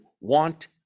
want